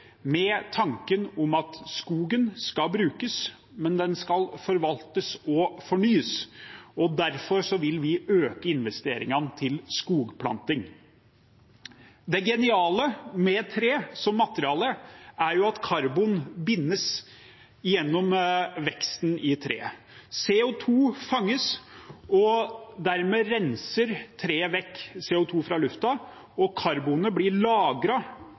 med tanken om at skogen skal brukes, men den skal forvaltes og fornyes. Derfor vil vi øke investeringene til skogplanting. Det geniale med tre som materiale er at karbon bindes gjennom veksten i treet. CO 2 fanges, og dermed renser treet vekk CO 2 fra luften, og karbonet blir